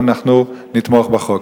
ואנחנו נתמוך בחוק.